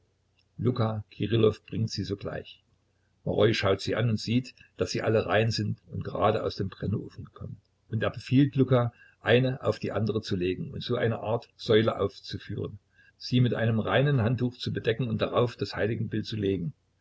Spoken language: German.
luka kirillow bringt sie sogleich maroi schaut sie an und sieht daß sie alle rein sind und gerade aus dem brennofen kommen und er befiehlt luka eine auf die andere zu legen und so eine art säule aufzuführen diese mit einem reinen handtuch zu bedecken und darauf das heiligenbild zu legen